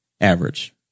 average